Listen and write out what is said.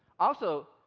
also,